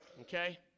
Okay